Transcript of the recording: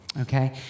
okay